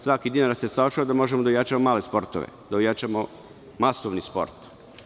Svaki dinar da se sačuva, da možemo da ojačamo male sportove, da ojačamo masovni sport.